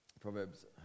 Proverbs